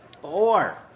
Four